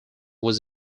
was